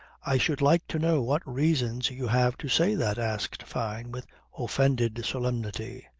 i should like to know what reasons you have to say that, asked fyne with offended solemnity.